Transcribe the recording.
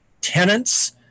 tenants